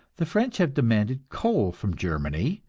the french have demanded coal from germany,